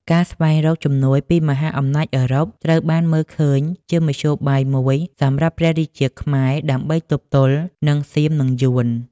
ការស្វែងរកជំនួយពីមហាអំណាចអឺរ៉ុបត្រូវបានមើលឃើញជាមធ្យោបាយមួយសម្រាប់ព្រះរាជាខ្មែរដើម្បីទប់ទល់នឹងសៀមនិងយួន។